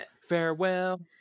Farewell